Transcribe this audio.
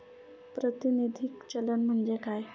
प्रातिनिधिक चलन म्हणजे काय?